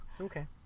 Okay